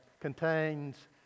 contains